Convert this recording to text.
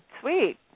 Sweet